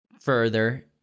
further